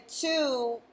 two